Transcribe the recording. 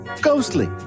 Ghostly